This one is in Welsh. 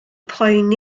poeni